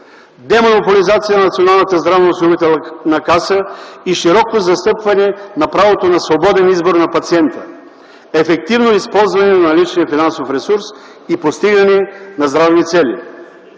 демонополизация на Националната здравноосигурителна каса и широко застъпване на правото на свободен избор на пациента; - ефективно използване на наличния финансов ресурс; и - постигане на здравни цели.